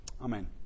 Amen